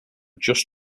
just